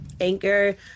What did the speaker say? anchor